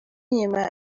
nyuma